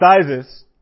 sizes